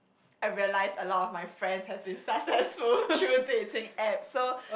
I realise a lot of my friends has been successful through dating app so